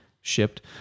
shipped